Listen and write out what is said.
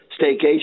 staycation